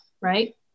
Right